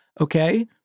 Okay